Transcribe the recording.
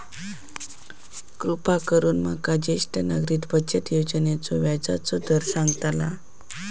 कृपा करून माका ज्येष्ठ नागरिक बचत योजनेचो व्याजचो दर सांगताल